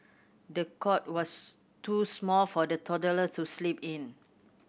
the cot was too small for the toddler to sleep in